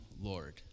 Lord